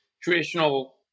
traditional